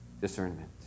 discernment